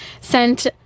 sent